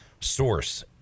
source